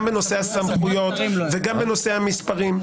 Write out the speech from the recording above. גם בנושא הסמכויות וגם בנושא המספרים,